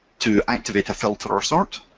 to activate a filter or sort,